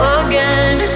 again